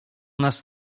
nas